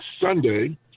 Sunday